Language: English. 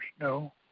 No